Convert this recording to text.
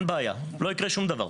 לא יקרה דבר.